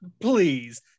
Please